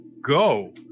go